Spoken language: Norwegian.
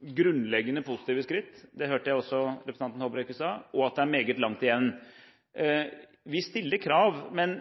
grunnleggende positive skritt – det hørte jeg også representanten Håbrekke sa – og at det er meget langt igjen. Vi stiller krav. Vi har